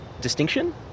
distinction